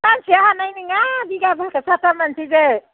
सानसेयाव हानाय नङा बिघाब्रैखौ साथाम मानसिजों